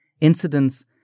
incidents